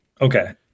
Okay